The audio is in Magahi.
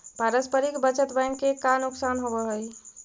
पारस्परिक बचत बैंक के का नुकसान होवऽ हइ?